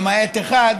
למעט אחד,